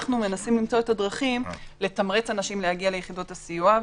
אנחנו מנסים למצוא את הדרכים לתמרץ אנשים להגיע ליחידות הסיוע.